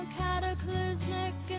cataclysmic